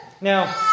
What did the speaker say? Now